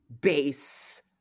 base